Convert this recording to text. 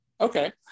Okay